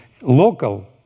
local